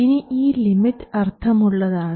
ഇനി ഈ ലിമിറ്റ് അർത്ഥം ഉള്ളതാണ്